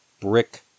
brick